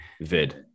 vid